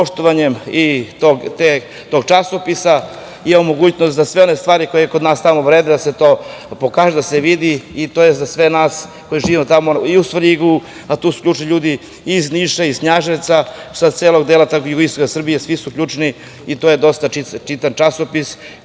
i to je za sve nas koji živimo u Svrljigu i tu su ključni ljudi iz Niša i Knjaževca, sa celog dela jugoistoka Srbije i svi su ključni i to je dosta čitan časopis,